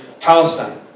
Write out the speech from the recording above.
Palestine